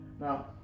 Now